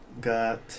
got